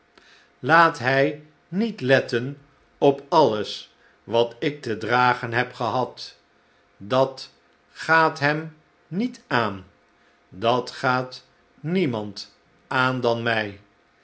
laat hij niet letten op alles wat ik te dragen heb gehad dat gaat hem niet aan dat gaat niemand aan dan mij